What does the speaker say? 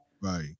right